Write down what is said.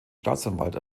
staatsanwalt